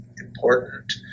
important